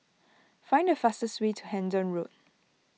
find the fastest way to Hendon Road